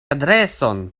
adreson